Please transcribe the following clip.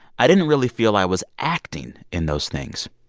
i didn't really feel i was acting in those things.